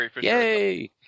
Yay